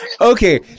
Okay